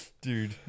Dude